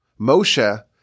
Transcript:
Moshe